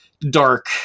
dark